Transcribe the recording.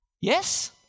Yes